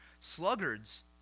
Sluggards